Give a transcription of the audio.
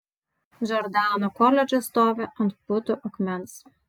džordano koledžas stovi ant putų akmens